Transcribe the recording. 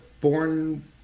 born